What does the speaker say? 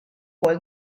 ukoll